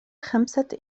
خمسة